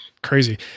Crazy